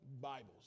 Bibles